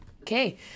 Okay